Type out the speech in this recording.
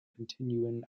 continuing